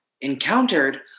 encountered